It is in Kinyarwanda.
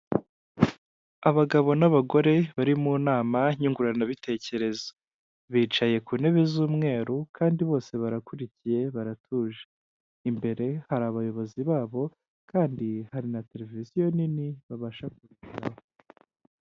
Abagabo n'abagore bari mu nama nyunguranabitekerezo. Bicaye ku ntebe z'umweru kandi bose barakurikiye baratuje. Imbere hari abayobozi babo kandi hari na televiziyo nini babasha kubirebaho